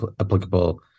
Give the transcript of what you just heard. applicable